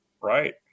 right